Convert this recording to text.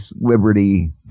liberty